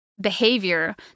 behavior